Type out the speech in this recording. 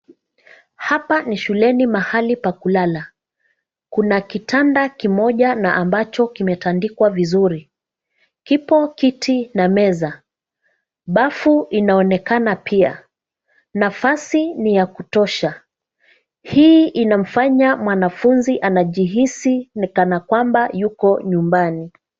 Hapa ni shuleni, mahali pa kulala. Kuna kitanda kimoja na ambacho kimetandikwa vizuri. Kipo kiti na meza. Bafu inaonekana pia. Nafasi ni yakutosha. Hii inamfanya mwanafuzi anajihisi ni kana kwamba yuko nyumbani.